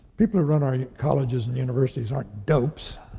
people who run our colleges and universities aren't dopes.